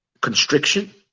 constriction